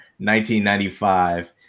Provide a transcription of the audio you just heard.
1995